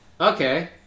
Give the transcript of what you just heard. okay